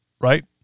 right